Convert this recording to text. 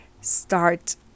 start